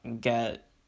get